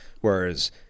Whereas